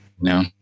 no